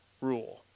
rule